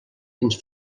fins